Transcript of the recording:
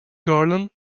garland